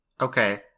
Okay